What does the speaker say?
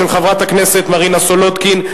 של חברת הכנסת מרינה סולודקין,